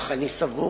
אך אני סבור